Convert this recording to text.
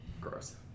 Gross